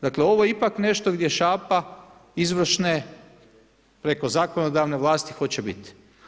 Dakle ovo je ipak nešto gdje šapa izvršne preko zakonodavne vlasti hoće biti.